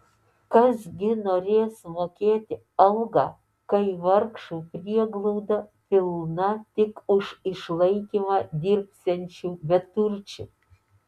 kas gi norės mokėti algą kai vargšų prieglauda pilna tik už išlaikymą dirbsiančių beturčių